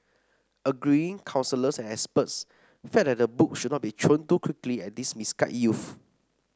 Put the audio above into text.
agreeing counsellors and experts felt that the book should not be thrown too quickly at these misguided youths